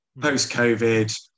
Post-COVID